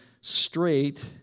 straight